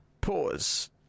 pause